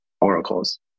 oracles